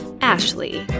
Ashley